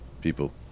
people